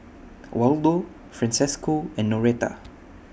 Waldo Francesco and Noreta